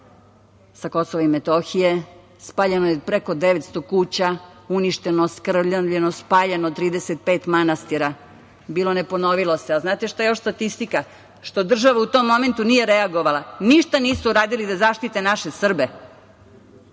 sa Kosova i Metohije, spaljeno je preko 900 kuća, uništeno, oskrnavljeno, spaljeno 35 manastira, bilo ne ponovilo se. Znate šta je još statistika? Što država u tom momentu nije reagovala. Ništa nisu uradili da zaštite naše Srbe.